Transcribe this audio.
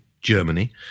Germany